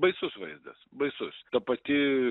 baisus vaizdas baisus ta pati